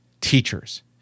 teachers